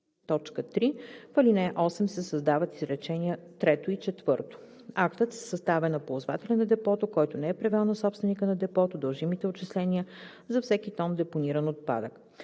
3. В ал. 8 се създават изречения трето и четвърто: „Актът се съставя на ползвателя на депото, който не е превел на собственика на депото дължимите отчисления за всеки тон депониран отпадък.